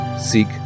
seek